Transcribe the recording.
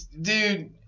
Dude